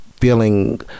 feeling